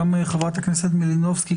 גם מחברת הכנסת מלינובסקי,